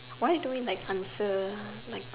why do we like answer like